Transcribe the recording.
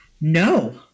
No